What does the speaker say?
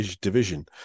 division